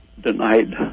denied